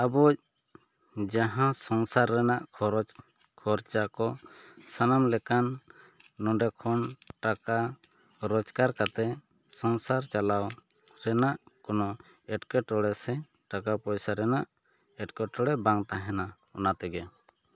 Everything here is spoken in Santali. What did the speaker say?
ᱟᱵᱚ ᱡᱟᱦᱟᱸ ᱥᱚᱝᱥᱟᱨ ᱨᱮᱱᱟᱜ ᱠᱷᱚᱨᱚᱪ ᱠᱷᱚᱨᱪᱟ ᱠᱚ ᱥᱟᱱᱟᱢ ᱞᱮᱠᱟᱱ ᱱᱚᱸᱰᱮ ᱠᱷᱚᱱ ᱴᱟᱠᱟ ᱨᱚᱡᱜᱟᱨ ᱠᱟᱛᱮᱫ ᱥᱟᱝᱥᱟᱨ ᱪᱟᱞᱟᱣ ᱨᱮᱱᱟᱜ ᱠᱚᱱᱚ ᱮᱴᱠᱮᱴᱚᱬᱮ ᱥᱮ ᱴᱟᱠᱟ ᱯᱚᱭᱥᱟ ᱨᱮᱱᱟᱜ ᱮᱴᱠᱮᱴᱚᱬᱮ ᱫᱚ ᱵᱟᱝ ᱛᱟᱦᱮᱸᱱᱟ ᱚᱱᱟ ᱛᱮᱜᱮ